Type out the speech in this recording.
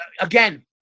again